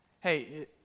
hey